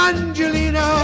Angelina